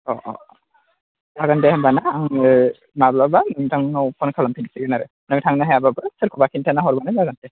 अ अ जागोन दे होनबाना आङो माब्लाबा नोंथांनाव फन खालामफिनसिगोन आरो नों थांनो हायाबाबो सोरखौबा खिनथाना हरबानो जागोन दे